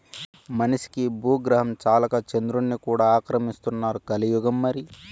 మనిషికి బూగ్రహం చాలక చంద్రుడ్ని కూడా ఆక్రమిస్తున్నారు కలియుగం మరి